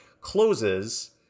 closes